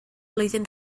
flwyddyn